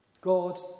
God